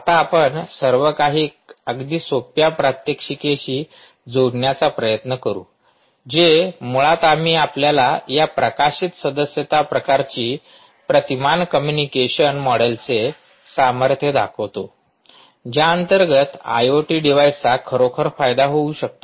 आता आपण सर्व काही अगदी सोप्या प्रात्यक्षिकेशी जोडण्याचा प्रयत्न करू जे मुळात आम्ही आपल्याला या प्रकाशित सदस्यता प्रकारची प्रतिमान कम्युनिकेशन मॉडेलचे सामर्थ्य दर्शवितो ज्या अंतर्गत आयओटी डिव्हाइसचा खरोखर फायदा होऊ शकतो